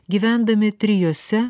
gyvendami trijose